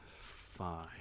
fine